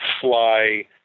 fly